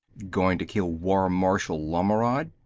going to kill war marshal lommeord?